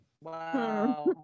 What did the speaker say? Wow